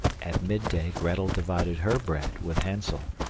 at midday grettel divided her bread with hansel,